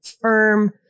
firm